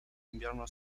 invierno